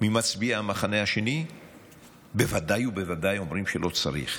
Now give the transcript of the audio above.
ממצביעי המחנה השני בוודאי ובוודאי אומרים שלא צריך,